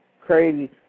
crazy